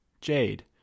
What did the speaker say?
Jade